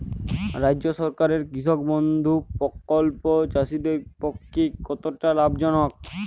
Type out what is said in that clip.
রাজ্য সরকারের কৃষক বন্ধু প্রকল্প চাষীদের পক্ষে কতটা লাভজনক?